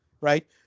Right